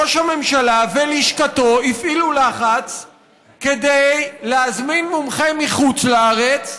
ראש הממשלה ולשכתו הפעילו לחץ להזמין מומחה מחוץ לארץ,